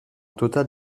total